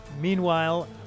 Meanwhile